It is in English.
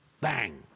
bang